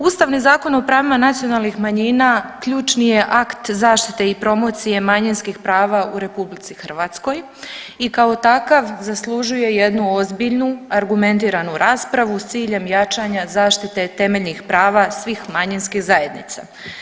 Ustavni zakon o pravima nacionalnih manjina ključni je akt zaštite i promocije manjinskih prava u RH i kao takav zaslužuje jednu ozbiljnu argumentiranu raspravu s ciljem jačanja zaštite temeljnih prava svih manjinskih zajednica.